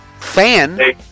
fan